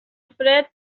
fred